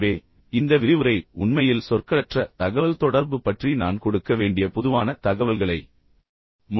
எனவே இந்த விரிவுரை உண்மையில் சொற்களற்ற தகவல்தொடர்பு பற்றி நான் கொடுக்க வேண்டிய பொதுவான தகவல்களை முடிக்கிறது